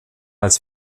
als